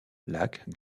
lacs